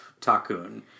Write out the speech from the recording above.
Takun